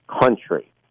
country